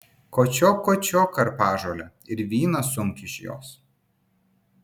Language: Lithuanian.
kočiok kočiok karpažolę ir vyną sunk iš jos